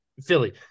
Philly